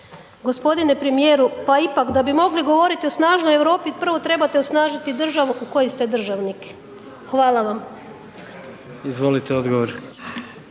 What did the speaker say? g. premijeru, pa ipak da bi mogli govoriti o snažnoj Europi prvo trebate osnažiti državu u kojoj ste državnik. Hvala vam. **Jandroković,